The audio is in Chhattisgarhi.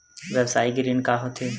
व्यवसायिक ऋण का होथे?